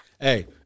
Hey